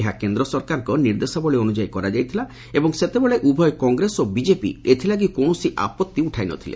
ଏହା କେନ୍ଦ୍ ସରକାରଙ୍କ ନିର୍ଦ୍ଦେଶାବଳୀ ଅନୁଯାୟୀ କରାଯାଇଥିଲା ଏବଂ ସେତେବେଳେ ଉଭୟ କଂଗ୍ରେସ ଓ ବିଜେପି ଏଥଲାଗି କୌଣସି ଆପଉି ଉଠାଇନଥିଲେ